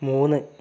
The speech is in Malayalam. മൂന്ന്